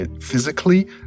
physically